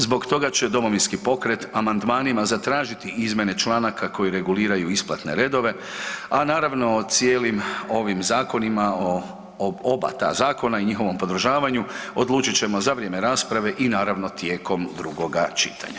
Zbog toga će Domovinski pokret amandmanima zatražiti izmjene članaka koje reguliraju isplatne redove, a naravno o cijelim ovim zakonima, o oba ta zakona i njihovom podržavanju odlučit ćemo za vrijeme rasprave i naravno tijekom drugoga čitanja.